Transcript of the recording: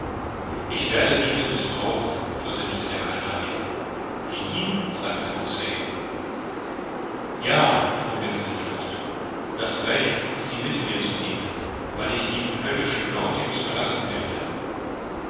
ich werde diese mißbrauchen versetzte der canadier wie sagte conseil ja fuhr ned land fort das recht sie mit mir zu nehmen wann ich diesen höllischen nautilus verlassen werde